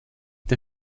der